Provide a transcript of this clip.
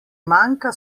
manjka